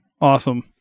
Awesome